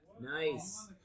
Nice